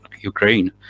Ukraine